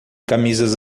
camisas